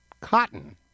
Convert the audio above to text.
cotton